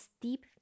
deep